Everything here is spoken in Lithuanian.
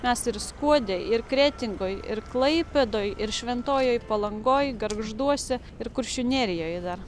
mes ir skuode ir kretingoj ir klaipėdoj ir šventojoj palangoj gargžduose ir kuršių nerijoj dar